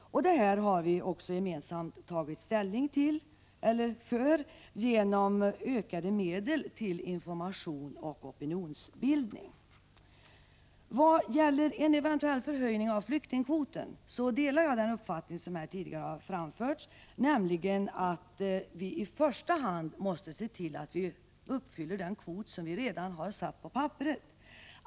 Detta har vi också gemensamt tagit ställning för genom att ge ökade medel till information och opinionsbildning. Vad gäller en eventuell förhöjning av flyktingkvoten, delar jag den uppfattning som tidigare har framförts, nämligen att vi i första hand måste se till att uppfylla den kvot som vi redan har satt på papperet.